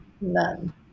none